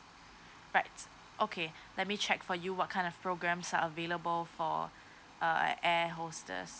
right okay let me check for you what kind of programs are available for uh air hostess